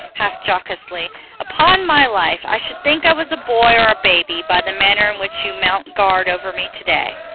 half-jocosely upon my life i should think i was a boy or a baby, by the manner in which you mount guard over me today.